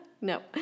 no